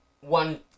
one